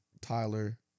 Tyler